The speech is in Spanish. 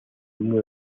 uno